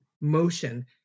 motion